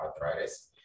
arthritis